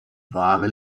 wahre